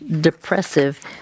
depressive